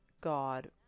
God